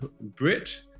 Brit